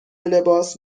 لباس